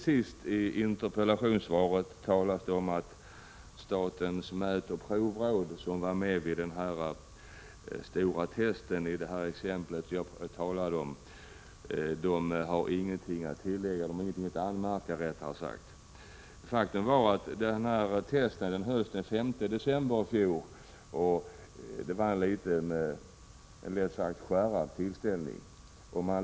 Sist i interpellationssvaret talas det om att statens mätoch provråd, som var med vid den stora testen i det exempel jag talade om, ingenting har att anmärka. Faktum var att denna test hölls den 5 december i fjol. Det var en lätt skärrad tillställning.